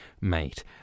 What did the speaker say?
mate